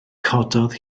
cododd